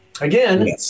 Again